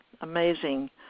amazing